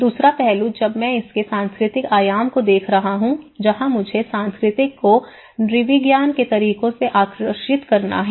दूसरा पहलू जब मैं इसके सांस्कृतिक आयाम को देख रहा हूं जहां मुझे सांस्कृतिक को नृविज्ञान के तरीकों से आकर्षित करना है